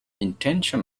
intention